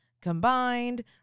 combined